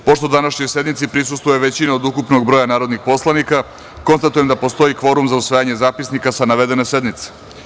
Pošto današnjoj sednici prisustvuje većina od ukupnog broja narodnih poslanika, konstatujem da postoji kvorum za usvajanje zapisnika sa navedene sednice.